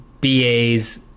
BAs